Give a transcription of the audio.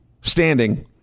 standing